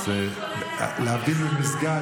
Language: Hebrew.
להבדיל ממסגד,